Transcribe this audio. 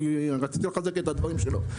רציתי לחזק את הדברים שלו.